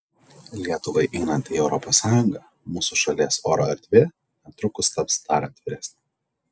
lietuvai einant į europos sąjungą mūsų šalies oro erdvė netrukus taps dar atviresnė